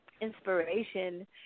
inspiration